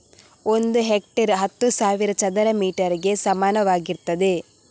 ಒಂದು ಹೆಕ್ಟೇರ್ ಹತ್ತು ಸಾವಿರ ಚದರ ಮೀಟರ್ ಗೆ ಸಮಾನವಾಗಿರ್ತದೆ